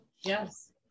Yes